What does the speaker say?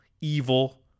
evil